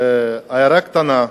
והערה קטנה: